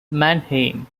mannheim